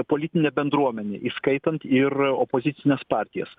politine bendruomene įskaitant ir opozicines partijas